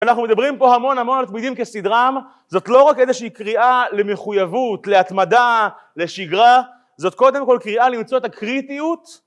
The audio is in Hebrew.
אנחנו מדברים פה המון המון על תמידים כסדרם, זאת לא רק איזושהי קריאה למחויבות, להתמדה, לשגרה, זאת קודם כל קריאה למצוא את הקריטיות